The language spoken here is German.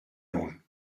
nun